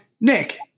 Nick